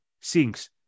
sinks